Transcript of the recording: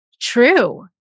true